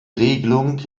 regelung